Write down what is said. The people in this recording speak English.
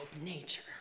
nature